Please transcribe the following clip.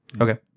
okay